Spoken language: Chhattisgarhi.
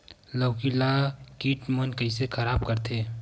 लौकी ला कीट मन कइसे खराब करथे?